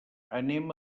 anem